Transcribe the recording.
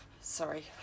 sorry